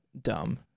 dumb